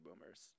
boomers